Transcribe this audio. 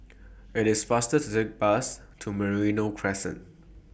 IT IS faster to Take The Bus to Merino Crescent